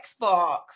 Xbox